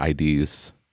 IDs